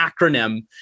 acronym